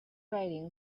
率领